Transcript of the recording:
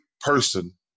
person